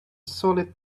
solid